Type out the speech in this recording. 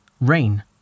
Rain